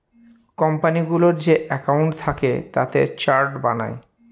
কোম্পানিগুলোর যে একাউন্ট থাকে তাতে চার্ট বানায়